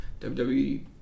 WWE